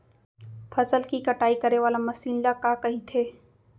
फसल की कटाई करे वाले मशीन ल का कइथे?